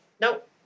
Nope